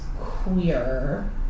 queer